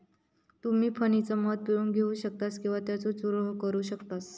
तुम्ही फणीनं मध पिळून घेऊ शकतास किंवा त्येचो चूरव करू शकतास